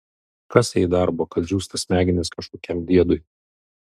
kas jai darbo kad džiūsta smegenys kažkokiam diedui